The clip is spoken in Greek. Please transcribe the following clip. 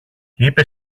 είπε